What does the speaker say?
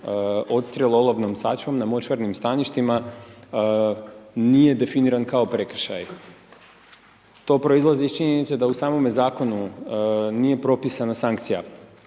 odstrjel olovnom sačmom na močvarnim staništima, nije definiran kao prekršaj. To proizlazi iz činjenice da u samome zakonu nije propisana sankcija,